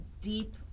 deep